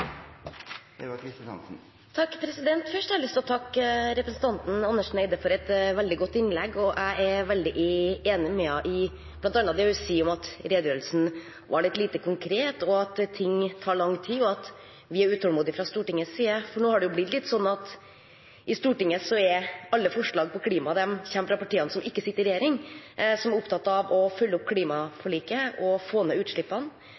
redegjørelsen var litt lite konkret, at ting tar lang tid, og at vi fra Stortingets side er utålmodige, for nå har det blitt litt sånn at i Stortinget kommer alle forslag om klima fra partiene som ikke sitter i regjering, men som er opptatt av å følge opp klimaforliket og få ned utslippene.